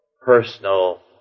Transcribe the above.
personal